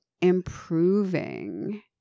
improving